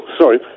sorry